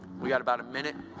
we've got about a minute.